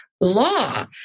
law